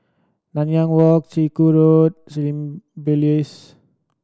Nanyang Walk Chiku Road Symbiosis